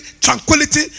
tranquility